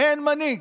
אין מנהיג.